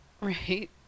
Right